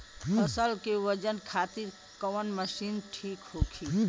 फसल के वजन खातिर कवन मशीन ठीक होखि?